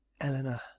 Eleanor